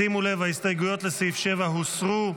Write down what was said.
שימו לב, ההסתייגויות לסעיף 7 הוסרו.